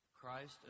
Christ